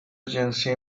جنسی